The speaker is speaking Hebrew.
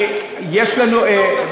זה מה שיפתור את הבעיה?